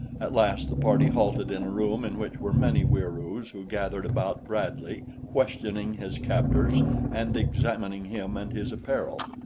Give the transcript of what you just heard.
at last the party halted in a room in which were many wieroos who gathered about bradley questioning his captors and examining him and his apparel.